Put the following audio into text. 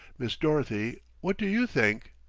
miss dorothy, what do you think?